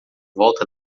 volta